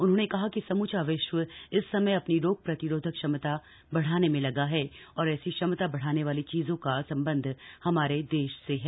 उन्होंने कहा कि समूचा विश्व इस समय अपनी रोग प्रतिरोधक क्षमता बढ़ाने में लगा है और ऐसी क्षमता बढाने वाली चीजों का सम्बन्ध हमारे देश से है